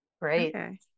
Great